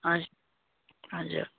हजुर हजुर